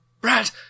Brad